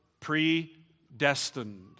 Predestined